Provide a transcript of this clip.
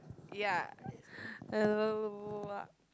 ya